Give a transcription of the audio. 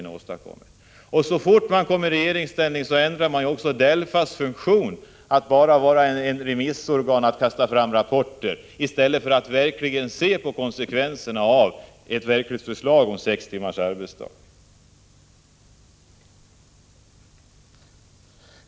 Så fort socialdemokraterna kom i regeringsställning ändrade de DELFA:s funktion till att vara ett remissorgan som bara skall kasta fram rapporter i stället för att se på konsekvenserna av ett verkligt förslag om sex timmars arbetsdag.